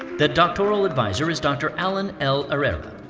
the doctoral advisor is dr. alan l. erera.